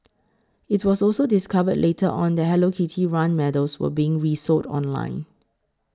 it was also discovered later on that Hello Kitty run medals were being resold online